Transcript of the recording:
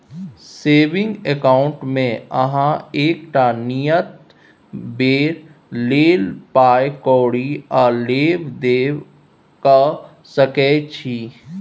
saving अकाउंटमे अहाँ एकटा नियत बेर लेल पाइ कौरी आ लेब देब कअ सकै छी